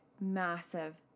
massive